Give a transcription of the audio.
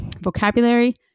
vocabulary